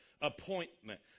Appointment